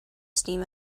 steam